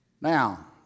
Now